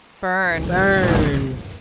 Burn